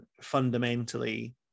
fundamentally